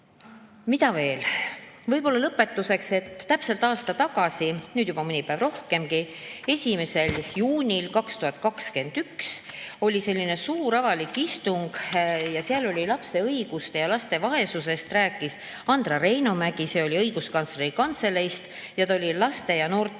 Mida veel? Võib-olla lõpetuseks ütlen, et täpselt aasta tagasi, nüüd juba mõni päev rohkemgi, 1. juunil 2021 oli selline suur avalik istung, kus lapse õiguste ja laste vaesusest rääkis Andra Reinomägi, kes oli Õiguskantsleri Kantseleist, ta oli siis laste-